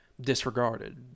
disregarded